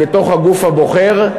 בתוך הגוף הבוחר,